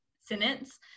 sentence